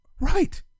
Right